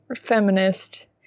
feminist